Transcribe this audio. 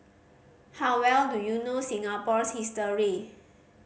how well do you know Singapore's history